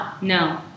No